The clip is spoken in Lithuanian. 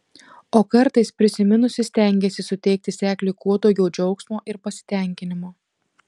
o kartais prisiminusi stengiasi suteikti sekliui kuo daugiau džiaugsmo ir pasitenkinimo